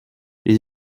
les